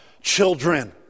children